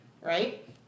right